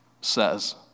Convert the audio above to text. says